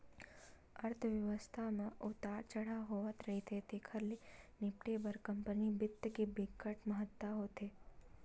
अर्थबेवस्था म उतार चड़हाव होवथ रहिथे तेखर ले निपटे बर कंपनी बित्त के बिकट महत्ता होथे